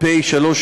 שהוא נבחר הציבור),